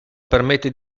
permette